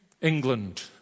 England